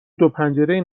دوپنجره